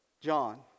John